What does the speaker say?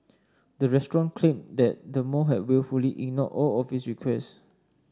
the restaurant claimed that the mall have wilfully ignored all of its requests